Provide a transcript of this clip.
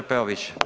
Peović.